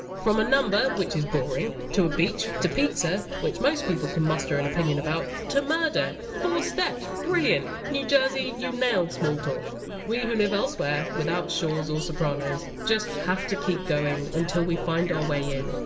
from a number, which is boring to a beach to pizza, which most people can muster an opinion about to murder. four steps. brilliant. new jersey, you nailed small talk we who live elsewhere, without shores or sopranos, just have to keep going until we find our way in